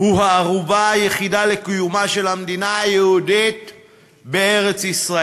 הוא הערובה היחידה לקיומה של המדינה היהודית בארץ-ישראל,